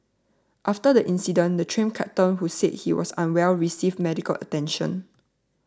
after the incident the Train Captain who said he was unwell received medical attention